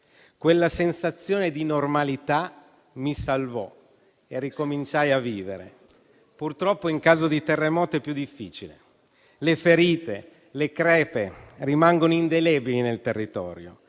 Quella sensazione di normalità mi salvò e ricominciai a vivere. Purtroppo, in caso di terremoto è più difficile. Le ferite e le crepe rimangono indelebili nel territorio.